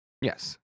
yes